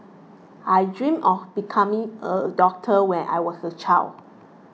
I dream of becoming a doctor when I was a child